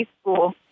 school